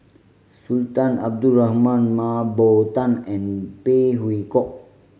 Sultan Abdul Rahman Mah Bow Tan and Phey Yew Kok